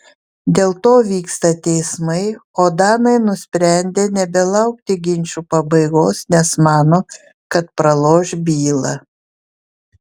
dėl to vyksta teismai o danai nusprendė nebelaukti ginčų pabaigos nes mano kad praloš bylą